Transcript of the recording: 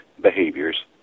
behaviors